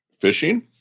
Fishing